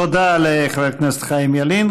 תודה לחבר הכנסת חיים ילין.